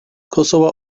kosova